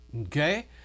okay